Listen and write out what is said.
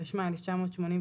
התשמ"ה-1985,